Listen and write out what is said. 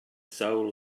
soul